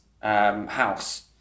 House